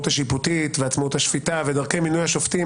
השיפוטית ועצמאות השפיטה ודרכי מינוי השופטים,